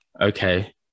Okay